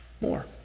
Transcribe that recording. More